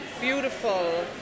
beautiful